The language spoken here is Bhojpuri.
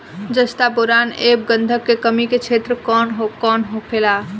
जस्ता बोरान ऐब गंधक के कमी के क्षेत्र कौन कौनहोला?